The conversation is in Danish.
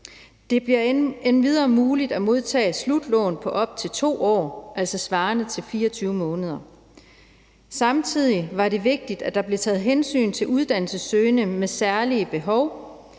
Det bliver endvidere muligt at modtage et slutlån på op til 2 år, altså svarende til 24 måneder. Samtidig har det været vigtigt, at der blev taget hensyn til uddannelsessøgende med særlige behov.